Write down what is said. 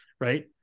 right